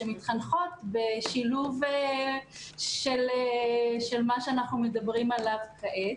שמתחנכות בשילוב של מה שאנחנו מדברים עליו כעת.